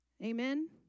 Amen